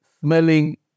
smelling